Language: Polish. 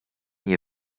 nie